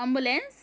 ambulance